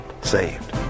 saved